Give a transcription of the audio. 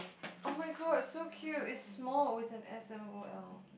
[oh]-my-god so cute its small with a S M O L